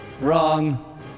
Wrong